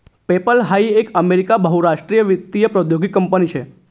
PayPal हाई एक America बहुराष्ट्रीय वित्तीय प्रौद्योगीक कंपनी शे